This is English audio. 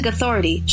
Authority